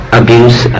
abuse